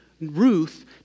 Ruth